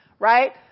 right